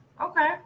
okay